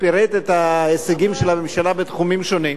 פירט את ההישגים של הממשלה בתחומים שונים.